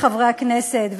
חברי חברי הכנסת,